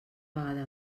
vegada